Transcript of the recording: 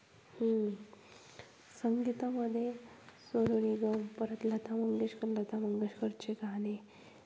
संगीतामध्ये सोनू निगम परत लता मंगेशकर लता मंगेशकरचे गाणे